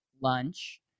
lunch